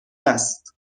است